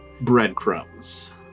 breadcrumbs